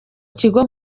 kigo